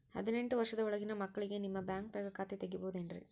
ಹದಿನೆಂಟು ವರ್ಷದ ಒಳಗಿನ ಮಕ್ಳಿಗೆ ನಿಮ್ಮ ಬ್ಯಾಂಕ್ದಾಗ ಖಾತೆ ತೆಗಿಬಹುದೆನ್ರಿ?